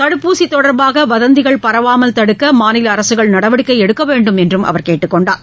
தடுப்பூசி தொடர்பாக வதந்திகள் பரவாமல் தடுக்க மாநில அரசுகள் நடவடிக்கை வேண்டும் என்று அவர் கேட்டுக்கொண்டார்